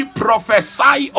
prophesy